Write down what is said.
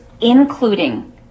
including